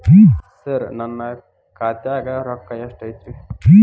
ಸರ ನನ್ನ ಖಾತ್ಯಾಗ ರೊಕ್ಕ ಎಷ್ಟು ಐತಿರಿ?